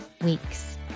Weeks